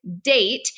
date